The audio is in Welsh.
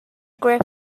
gruff